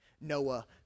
Noah